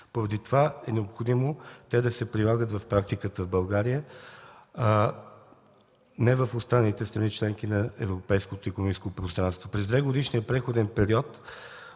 поради това е необходимо те да се прилагат в практиката в България, а не в останалите страни – членки на Европейското икономическо пространство. През двегодишния преходен период